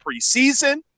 preseason